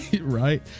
right